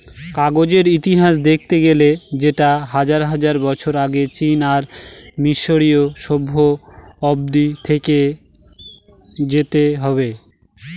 কাগজের ইতিহাস দেখতে গেলে সেটা হাজার হাজার বছর আগে চীন আর মিসরীয় সভ্য অব্দি যেতে হবে